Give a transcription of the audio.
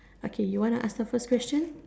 okay you want to ask the first question